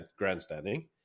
grandstanding